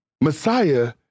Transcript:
Messiah